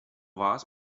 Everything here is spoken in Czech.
vás